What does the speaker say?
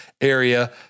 area